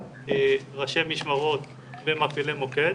ראשי משמרות ומפעילי מוקד,